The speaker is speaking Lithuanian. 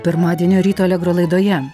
pirmadienio ryto alegro laidoje